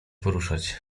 poruszać